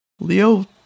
Leo